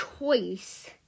choice